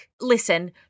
Listen